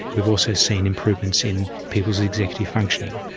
we've also seen improvements in people's executive functioning.